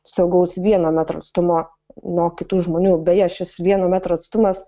saugaus vieno metro atstumo nuo kitų žmonių beje šis vieno metro atstumas